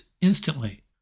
instantly